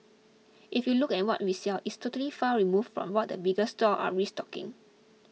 if you look at what we sell it's totally far removed from what the bigger stores are restocking